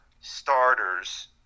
starters